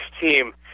team